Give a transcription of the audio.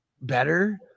better